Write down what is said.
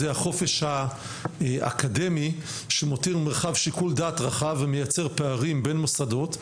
החופש האקדמי שמותיר מרחב שיקול דעת רחב ומייצר פערים בין מוסדות.